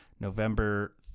November